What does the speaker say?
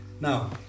Now